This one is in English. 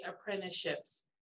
apprenticeships